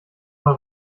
mal